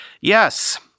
Yes